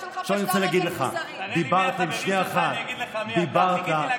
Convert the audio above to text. עכשיו, אני רוצה להגיד לך, דיברתם, נו, באמת.